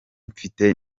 mfite